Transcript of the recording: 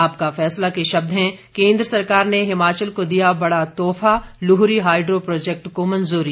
आपका फैसला के शब्द हैं केन्द्र सरकार ने हिमाचल को दिया बड़ा तोहफा लूहरी हाइड्रो प्रोजेक्ट को मंजूरी